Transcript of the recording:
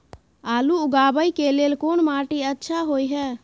आलू उगाबै के लेल कोन माटी अच्छा होय है?